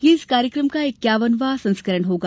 यह इस कार्यक्रम का इक्यावन वां संस्करण होगा